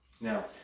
Now